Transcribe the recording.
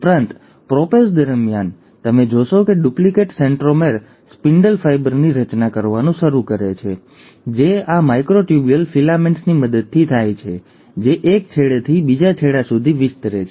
ઉપરાંત પ્રોપેઝ દરમિયાન તમે જોશો કે ડુપ્લિકેટ સેન્ટ્રોમેર સ્પિન્ડલ ફાઇબરની રચના કરવાનું શરૂ કરે છે જે આ માઇક્રોટ્યુબ્યુલ ફિલામેન્ટ્સની મદદથી થાય છે જે એક છેડેથી બીજા છેડા સુધી વિસ્તરે છે